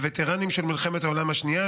לווטרנים של מלחמת העולם השנייה,